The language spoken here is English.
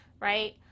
right